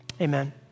amen